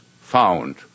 found